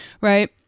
right